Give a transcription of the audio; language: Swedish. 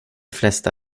flesta